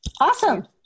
Awesome